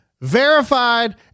Verified